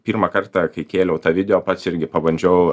pirmą kartą kai kėliau tą video pats irgi pabandžiau